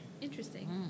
Interesting